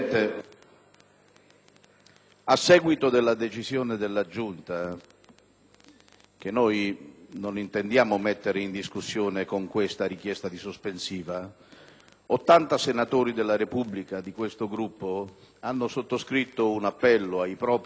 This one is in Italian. a seguito della decisione della Giunta, che noi non intendiamo mettere in discussione con questa richiesta di sospensiva, 80 senatori della Repubblica di questo Gruppo hanno sottoscritto un appello ai propri Capigruppo